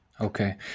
Okay